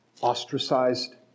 ostracized